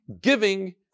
giving